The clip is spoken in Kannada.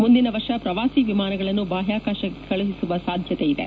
ಮುಂದಿನ ವರ್ಷ ಪ್ರವಾಸಿ ವಿಮಾನಗಳನ್ನು ಬಾಹ್ಯಾಕಾಶಕ್ಕೆ ಕಳುಹಿಸುವ ಸಾಧ್ಯತೆ ಇದೆ